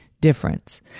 difference